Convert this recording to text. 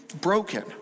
broken